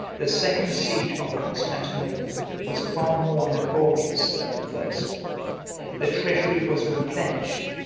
the second siege of constantinople was far more laborious than the first the treasury was replenished,